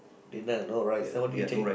dinner no rice then what do you take